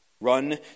run